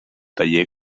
taller